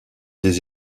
des